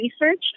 research